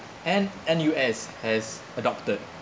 and N_U_S has adopted